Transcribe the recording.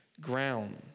ground